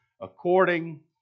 according